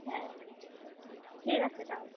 হ্যাঁ ঠিক আছে তাহলে